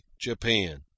Japan